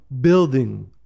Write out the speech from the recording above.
building